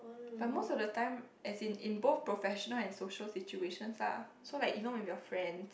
but most of the time as in in both professional and social situations lah so like if you know your friends